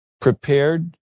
prepared